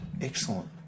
excellent